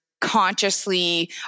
consciously